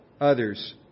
others